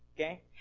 Okay